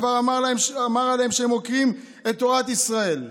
כבר אמר עליהם שהם עוקרים את תורת ישראל,